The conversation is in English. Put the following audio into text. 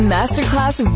Masterclass